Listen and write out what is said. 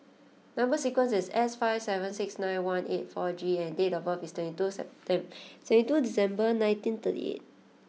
number sequence is S five seven six nine one eight four G and date of birth is twenty two second twenty two December nineteen thirty eight